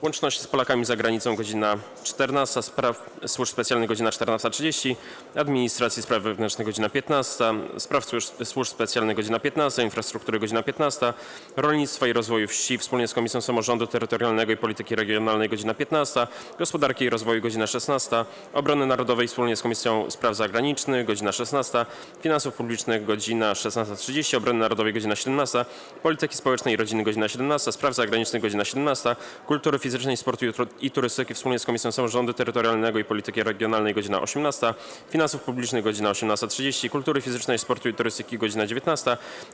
Łączności z Polakami za Granicą - godz. 14, - do Spraw Służb Specjalnych - godz. 14.30, - Administracji i Spraw Wewnętrznych - godz. 15, - do Spraw Służb Specjalnych - godz. 15, - Infrastruktury - godz. 15, - Rolnictwa i Rozwoju Wsi wspólnie z Komisją Samorządu Terytorialnego i Polityki Regionalnej - godz. 15, - Gospodarki i Rozwoju - godz. 16, - Obrony Narodowej wspólnie z Komisją Spraw Zagranicznych - godz. 16, - Finansów Publicznych - godz. 16.30, - Obrony Narodowej - godz. 17, - Polityki Społecznej i Rodziny - godz. 17, - Spraw Zagranicznych - godz. 17, - Kultury Fizycznej, Sportu i Turystyki wspólnie z Komisją Samorządu Terytorialnego i Polityki Regionalnej - godz. 18, - Finansów Publicznych - godz. 18.30, - Kultury Fizycznej, Sportu i Turystyki - godz. 19,